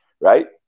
right